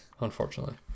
unfortunately